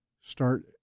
start